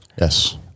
Yes